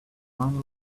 found